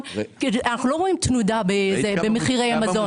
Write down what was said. אנחנו לא רואים תנודה במחירי המזון.